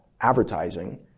advertising